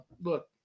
Look